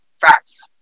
Facts